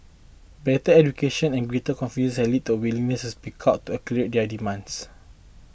better education and greater confidence have lead to a willingness to speak out to articulate their demands